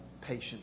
Patient